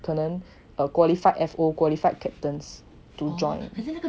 可能 err qualified fo qualified captains to join